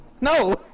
no